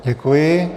Děkuji.